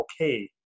okay